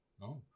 no